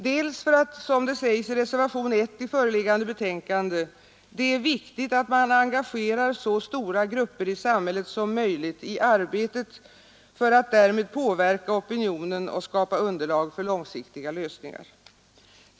Dels för att, som det sägs i reservationen i föreliggande betänkande, ”det är viktigt att man engagerar så stora grupper i samhället som möjligt i arbetet för att därmed påverka opinionen och skapa underlag för långsiktiga lösningar”.